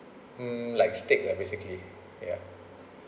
mm like steak ah basically ya